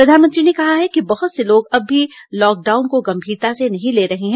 प्रधानमंत्री ने कहा है कि बहुत से लोग अब भी लॉकडाउन को गंभीरता से नहीं ले रहे हैं